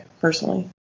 personally